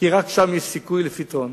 כי רק שם יש סיכוי לפתרון.